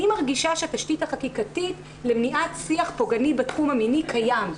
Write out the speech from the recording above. אני מרגישה שהתשתית החקיקתית למניעת שיח פוגעני בתחום המיני קיימת.